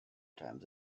times